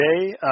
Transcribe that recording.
today